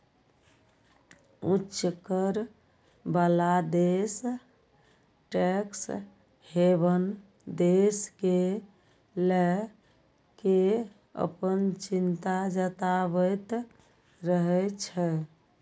उच्च कर बला देश टैक्स हेवन देश कें लए कें अपन चिंता जताबैत रहै छै